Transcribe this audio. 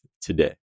today